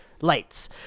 Lights